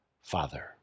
Father